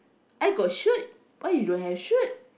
I got shoot why you don't have shoot